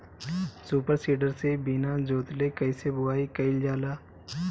Super seeder से बीना जोतले कईसे बुआई कयिल जाला?